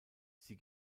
sie